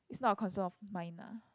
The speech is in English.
is not a concern of mine lah